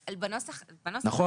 נכון?